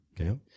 okay